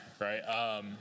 right